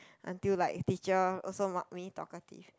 until like teacher also mark me talkative